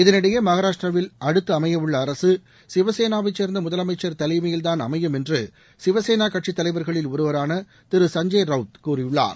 இதனிடையே மகாராஷ்டிராவில் அடுத்து அமையவுள்ள அரசு சிவசேனாவைச் சேர்ந்த முதலமைச்சர் தலைமையில்தான் அமையும் என்று சிவசேனா கட்சித் தலைவர்களில் ஒருவரான திரு சசுஞ்சய் ரவுட் கூறியுள்ளார்